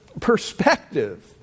perspective